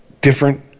different